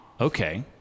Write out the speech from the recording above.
okay